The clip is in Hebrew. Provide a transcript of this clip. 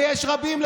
ויש רבים,